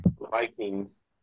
Vikings